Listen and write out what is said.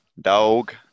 dog